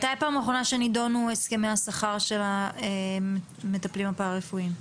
מתי פעם אחרונה שנידונו הסכמי השכר של המטפלים הפרה רפואיים?